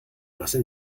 masse